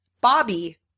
Bobby